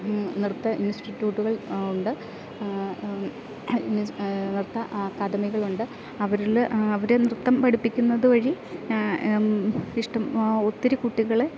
നൃത്ത ഇൻസ്റ്റിറ്റ്യൂട്ടുകൾ ഉണ്ട് നൃത്ത അക്കാദമികളുണ്ട് അവരിൽ അവരെ നൃത്തം പഠിപ്പിക്കുന്നത് വഴി ഇഷ്ടം ഒത്തിരി കുട്ടികൾ